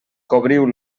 cobriu